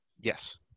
Yes